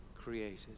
created